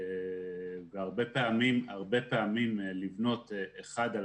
הרבה פעמים לבנות אחד על